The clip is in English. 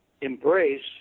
embrace